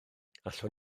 allwn